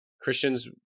Christians